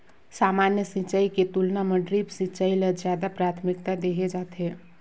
सामान्य सिंचाई के तुलना म ड्रिप सिंचाई ल ज्यादा प्राथमिकता देहे जाथे